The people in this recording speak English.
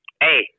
Hey